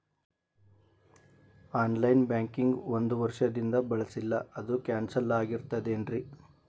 On line banking ಒಂದ್ ವರ್ಷದಿಂದ ಬಳಸಿಲ್ಲ ಅದು ಕ್ಯಾನ್ಸಲ್ ಆಗಿರ್ತದೇನ್ರಿ?